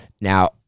Now